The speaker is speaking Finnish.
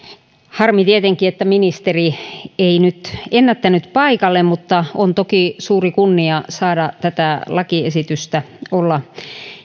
harmi tietenkin että ministeri ei nyt ennättänyt paikalle mutta on toki suuri kunnia saada tätä lakiesitystä olla